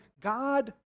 God